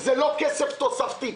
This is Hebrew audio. זה לא כסף תוספתי.